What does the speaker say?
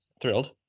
thrilled